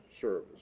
Service